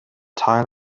teil